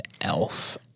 Elf